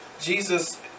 Jesus